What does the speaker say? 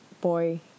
boy